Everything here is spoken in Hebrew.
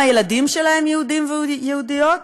וגם הילדים שלהם יהודים ויהודיות,